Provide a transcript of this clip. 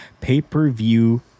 pay-per-view